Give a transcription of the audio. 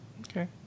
okay